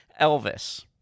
Elvis